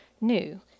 new